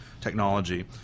technology